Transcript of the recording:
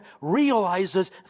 realizes